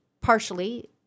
partially